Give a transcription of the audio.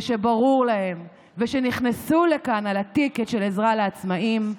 שברור להם ושנכנסו לכאן על הטיקט של העזרה לעצמאים.